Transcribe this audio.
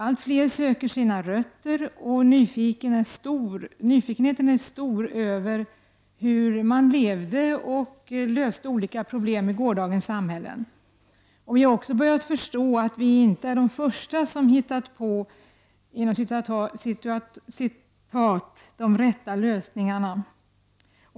Allt fler söker sina rötter och nyfikenheten på hur man levde och löste olika problem i gårdagens samhälle är stor. Vi har också börjat förstå att vi inte är de första som har hittat på de ”rätta lösningarna”.